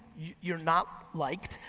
you're not liked,